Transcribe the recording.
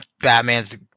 Batman's